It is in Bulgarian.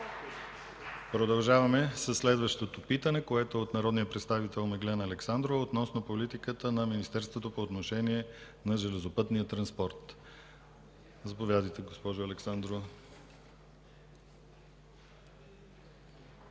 Продължаваме със следващото питане, което е от народния представител Миглена Александрова относно политиката на Министерството по отношение на железопътния транспорт. Заповядайте, госпожо Александрова.